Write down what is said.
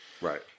Right